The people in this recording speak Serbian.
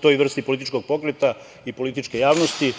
toj vrsti političkog pokreta i političke javnosti,